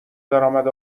درامد